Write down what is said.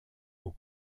aux